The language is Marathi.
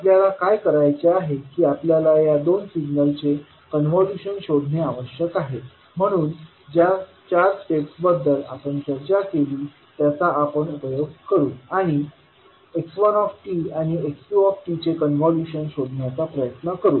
आपल्याला काय करायचे आहे की आपल्याला या दोन सिग्नलचे कॉन्व्होल्यूशन शोधणे आवश्यक आहे म्हणून ज्या चार स्टेप्सबद्दल आपण चर्चा केली त्यांचा आपण उपयोग करू आणि x1tआणि x2 चे कॉन्व्होल्यूशन शोधण्याचा प्रयत्न करू